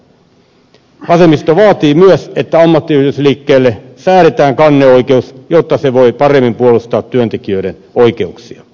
vasemmisto vaatii myös että ammattiyhdistysliikkeelle säädetään kanneoikeus jotta se voi paremmin puolustaa työntekijöiden oikeuksia